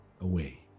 away